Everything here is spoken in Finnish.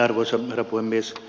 arvoisa herra puhemies